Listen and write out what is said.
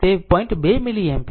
2 milliampere છે